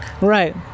Right